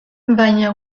baina